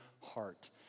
heart